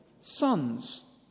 sons